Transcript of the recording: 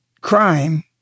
crime